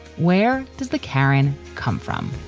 where does the karen come from?